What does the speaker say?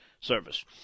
Service